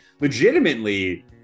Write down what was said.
legitimately